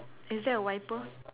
is there a wiper